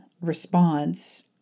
response